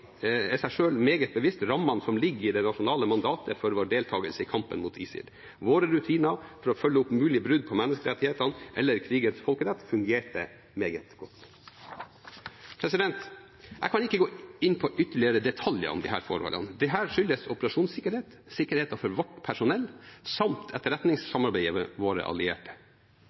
er seg meget bevisst rammene som ligger i det nasjonale mandatet for vår deltakelse i kampen mot ISIL. Våre rutiner for å følge opp mulige brudd på menneskerettighetene eller krigens folkerett fungerte meget godt. Jeg kan ikke gå inn på ytterligere detaljer om disse forholdene. Det skyldes operasjonssikkerhet, sikkerheten for vårt personell samt etterretningssamarbeidet med våre allierte.